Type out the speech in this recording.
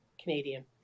Canadian